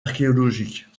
archéologiques